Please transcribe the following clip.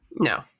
No